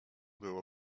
było